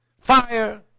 fire